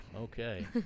Okay